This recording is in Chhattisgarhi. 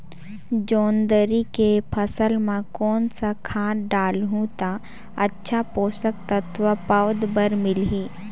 जोंदरी के फसल मां कोन सा खाद डालहु ता अच्छा पोषक तत्व पौध बार मिलही?